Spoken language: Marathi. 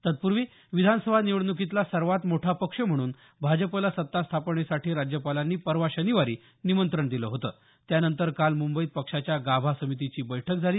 तत्पूर्वी विधानसभा निवडणुकीतला सर्वात मोठा पक्ष म्हणून भाजपला सत्ता स्थापनेसाठी राज्यपालांनी परवा शनिवारी निमंत्रण दिलं होतं त्यानंतर काल मुंबईत पक्षाच्या गाभा समितीची बैठक झाली